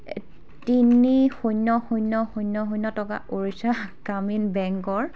তিনি শূন্য শূন্য শূন্য শূন্য টকা ওড়িশা গ্ৰামীণ বেংকৰ